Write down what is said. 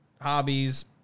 Hobbies